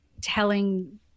telling